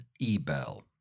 Ebel